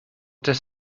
does